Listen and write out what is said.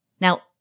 Now